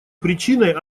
причиной